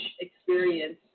experience